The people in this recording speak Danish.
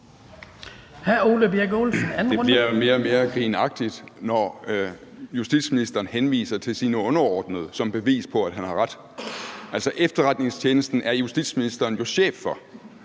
Det bliver jo mere og mere grinagtigt, når justitsministeren henviser til sine underordnede som bevis på, at han har ret. Efterretningstjenesten er justitsministeren jo chef for